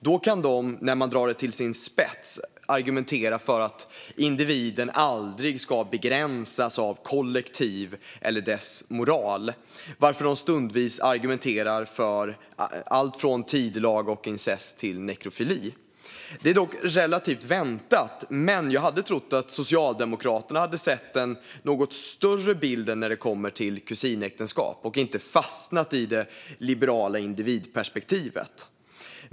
Då kan de, när de drar det till sin spets, argumentera för att individen aldrig ska begränsas av kollektiv eller dess moral, varför de stundvis argumenterar för allt från tidelag och incest till nekrofili. Det är relativt väntat, men jag hade trott att Socialdemokraterna skulle se den något större bilden när det kommer till kusinäktenskap och inte fastna i det liberala individperspektivet.